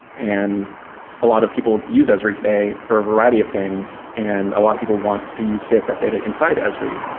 and a lot of people use esri today for a variety of things and a lot of people want to use safegraph data inside esri.